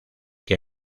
que